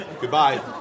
Goodbye